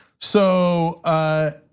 so ah